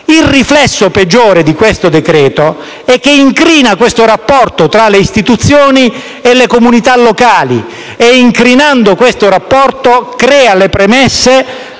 Il riflesso peggiore di questo decreto-legge è che incrina questo rapporto tra le istituzioni e le comunità locali e, così facendo, crea le premesse